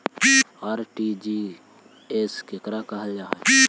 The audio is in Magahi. आर.टी.जी.एस केकरा कहल जा है?